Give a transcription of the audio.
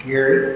Gary